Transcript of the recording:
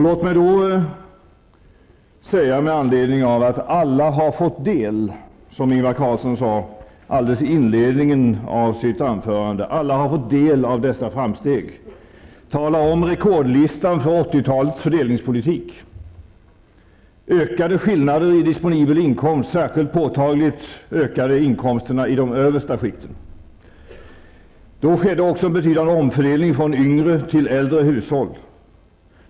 Låt mig med anledning av det som Ingvar Carlsson sade alldeles i inledningen av sitt anförande, att alla har fått del av dessa framsteg, tala om rekordlistan över 80 talets fördelningspolitik. Skillnaderna i disponibel inkomst ökade. Särskilt påtagligt ökade inkomsterna i de översta skikten. Då skedde också en betydande omfördelning från yngre till äldre hushåll.